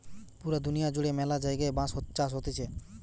পুরা দুনিয়া জুড়ে ম্যালা জায়গায় বাঁশ চাষ হতিছে